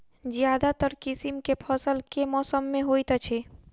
ज्यादातर किसिम केँ फसल केँ मौसम मे होइत अछि?